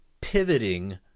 pivoting